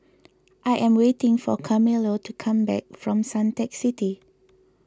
I am waiting for Carmelo to come back from Suntec City